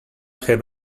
have